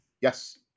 Yes